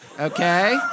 Okay